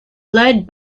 led